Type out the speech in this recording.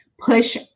push